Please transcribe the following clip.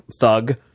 thug